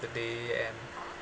the day and